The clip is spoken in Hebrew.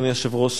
אדוני היושב-ראש,